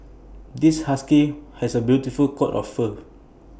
this husky has A beautiful coat of fur